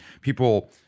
people